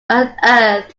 unearthed